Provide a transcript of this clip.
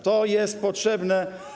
To jest potrzebne.